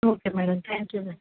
okay madam thank you madam